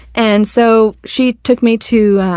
and, so, she took me to, ah,